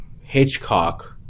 Hitchcock